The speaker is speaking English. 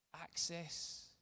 access